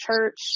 church